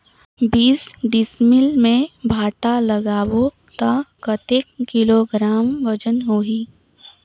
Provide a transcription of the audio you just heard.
बीस डिसमिल मे भांटा लगाबो ता कतेक किलोग्राम वजन होही?